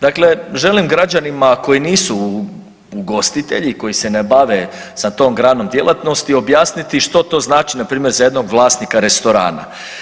Dakle, želim građanima koji nisu ugostitelji i koji se ne bave sa tom granom djelatnosti objasniti što to znači npr. za jednog vlasnika restorana.